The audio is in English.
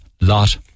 lot